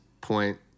point